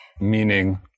Meaning